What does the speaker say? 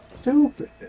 stupid